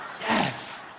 yes